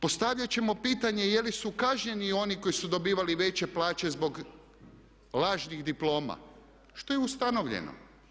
Postavljat ćemo pitanje jeli su kažnjeni oni koji su dobivali veće plaće zbog lažnih diploma što je ustanovljeno.